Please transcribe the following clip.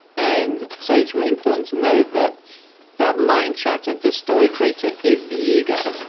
and so it's really important to know that that mind chatter, the story creator is the ego.